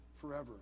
forever